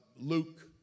Luke